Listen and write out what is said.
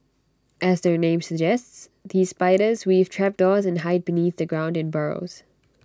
as their name suggests these spiders weave trapdoors and hide beneath the ground in burrows